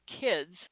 kids